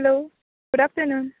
hello good afternoon